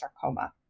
sarcoma